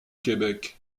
québec